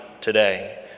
today